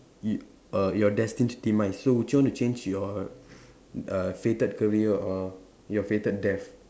you err your destined demise so would you want to change your err fated career or your fated death